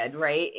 right